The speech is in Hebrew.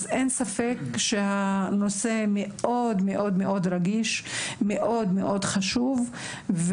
אז אין ספק שהנושא מאוד מאוד רגיש ומאוד מאוד חשוב.